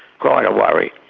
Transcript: quite a worry.